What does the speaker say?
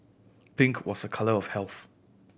pink was a colour of health